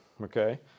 okay